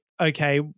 okay